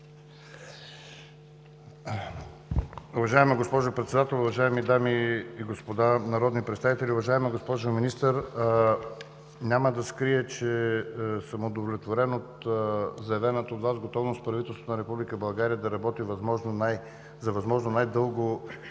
Уважаема госпожо Председател, уважаеми дами и господа народни представители, уважаема госпожо Министър! Няма да скрия, че съм удовлетворен от заявената от Вас готовност правителството на Република България да работи за възможно най-дълго